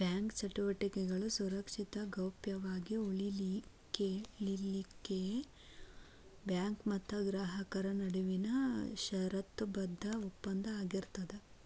bank ಚಟುವಟಿಕೆಗಳು ಸುರಕ್ಷಿತ ಗೌಪ್ಯ ವಾಗಿ ಉಳಿಲಿಖೆಉಳಿಲಿಕ್ಕೆ ಬ್ಯಾಂಕ್ ಮತ್ತ ಗ್ರಾಹಕರ ನಡುವಿನ ಷರತ್ತುಬದ್ಧ ಒಪ್ಪಂದ ಆಗಿರ್ತದ